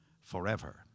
forever